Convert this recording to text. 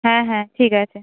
হ্যাঁ হ্যাঁ ঠিক আছে